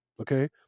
okay